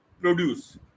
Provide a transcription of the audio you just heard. produce